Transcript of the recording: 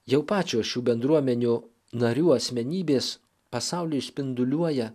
jau pačios šių bendruomenių narių asmenybės pasauliui spinduliuoja